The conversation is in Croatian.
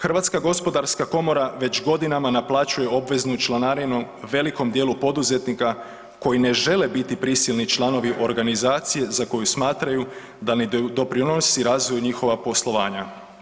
Hrvatska gospodarska komora već godinama naplaćuje obveznu članarinu velikom djelu poduzetnika koji ne žele biti prisilni članovi organizacije za koju smatraju da ne doprinosi razvoju njihova poslovanja.